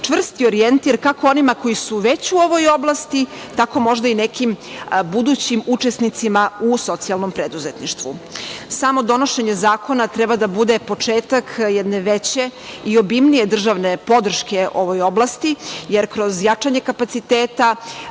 čvrst orjentir kako onima koji su već u ovoj oblasti, tako možda i nekim budućim učesnicima u socijalnom preduzetništvu. Samo donošenje zakona treba da bude početak jedne veće i obimnije državne podrške ovoj oblasti, jer kroz jačanje kapaciteta,